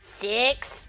Six